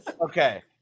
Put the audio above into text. okay